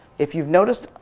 if you've noticed,